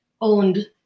owned